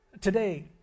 Today